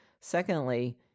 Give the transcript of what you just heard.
Secondly